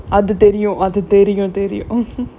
other daily or other daily you know daily ocean